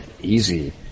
easy